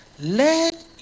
Let